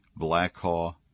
blackhaw